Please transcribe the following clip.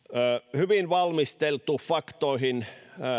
hyvin valmistellut faktoihin